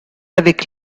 avec